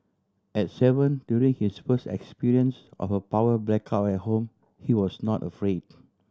at seven during his first experience of a power blackout at home he was not afraid